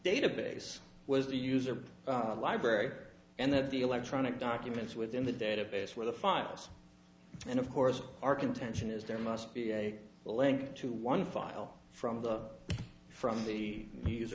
database was the user library and that the electronic documents within the database where the files and of course our contention is there must be a link to one file from the from the